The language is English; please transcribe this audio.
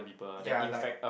ya like